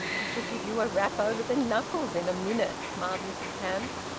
i shall give you a rap over the knuckles in a minute, smiled mrs hamps,